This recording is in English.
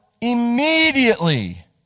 immediately